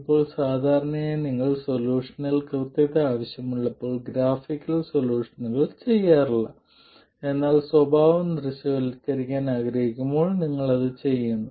ഇപ്പോൾ സാധാരണയായി നിങ്ങൾ സൊല്യൂഷനിൽ കൃത്യത ആവശ്യമുള്ളപ്പോൾ ഗ്രാഫിക്കൽ സൊല്യൂഷനുകൾ ചെയ്യാറില്ല എന്നാൽ സ്വഭാവം ദൃശ്യവൽക്കരിക്കാൻ ആഗ്രഹിക്കുമ്പോൾ നിങ്ങൾ അത് ചെയ്യുന്നു